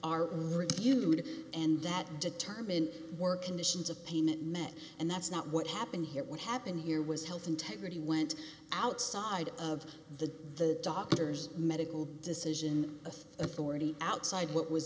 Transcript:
are reviewed and that determine work conditions of payment met and that's not what happened here what happened here was health integrity went outside of the doctor's medical decision authority outside what was